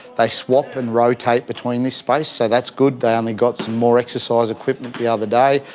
they swap and rotate between this space, so that's good. they only got some more exercise equipment the other day.